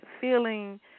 feeling